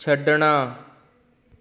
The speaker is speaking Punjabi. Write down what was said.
ਛੱਡਣਾ